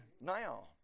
now